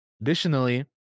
Additionally